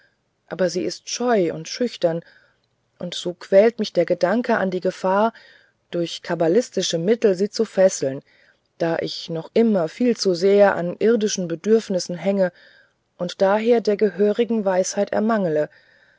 aber ist sie scheu und schüchtern so quält mich der gedanke an die gefahr durch kabbalistische mittel sie zu fesseln da ich noch immer viel zu sehr an irdischen bedürfnissen hänge und daher der gehörigen weisheit ermangle